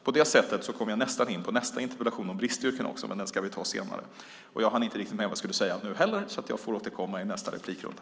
På det sättet kommer jag nästan in på nästa interpellation om bristyrken också, men den ska vi ta senare. Jag hann inte riktigt med vad jag skulle säga nu heller, så jag får återkomma i nästa replikrunda.